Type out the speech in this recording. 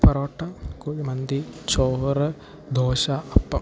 പൊറോട്ട കുഴിമന്തി ചോറ് ദോശ അപ്പം